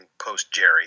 post-Jerry